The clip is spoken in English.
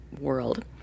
world